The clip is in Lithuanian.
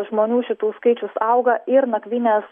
žmonių šitų skaičius auga ir nakvynės